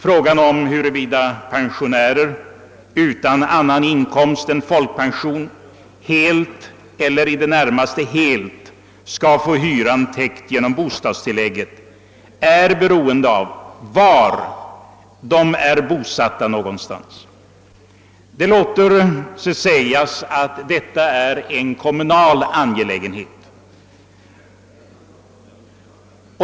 Frågan, huruvida pensionärer utan annan inkomst än folkpension helt eller i det närmaste helt skall få hyran täckt genom bostadstilllägget, är beroende av var någonstans de är bosatta. Det låter sig sägas att detta är en kommunal angelägenhet.